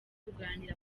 kuganira